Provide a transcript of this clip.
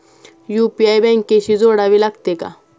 UPI बँकेशी जोडावे लागते का?